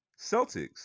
Celtics